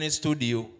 studio